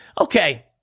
Okay